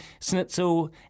Snitzel